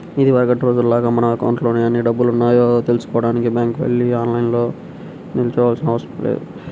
ఇదివరకటి రోజుల్లాగా మన అకౌంట్లో ఎన్ని డబ్బులున్నాయో తెల్సుకోడానికి బ్యాంకుకి వెళ్లి లైన్లో నిల్చోనవసరం లేదు